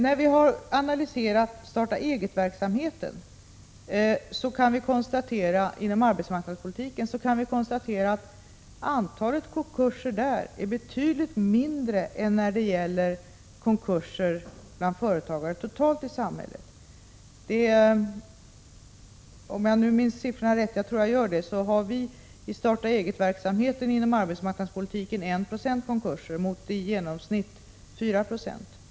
När vi har analyserat starta-eget-verksamheten inom arbetsmarknadspolitiken har vi kunnat konstatera att frekvensen av konkurser där är betydligt lägre än bland företagare totalt i samhället. I starta-eget-verksamheten inom arbetsmarknadspolitiken har vi — om jag nu minns rätt, och jag tror att jag gör det-1 20 konkurser mot i genomsnitt 4 96 bland företagare totalt.